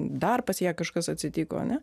dar pas ją kažkas atsitiko ane